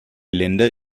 länder